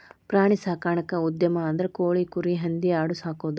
ಪ್ರಾಣಿ ಸಾಕಾಣಿಕಾ ಉದ್ಯಮ ಅಂದ್ರ ಕೋಳಿ, ಕುರಿ, ಹಂದಿ ಆಡು ಸಾಕುದು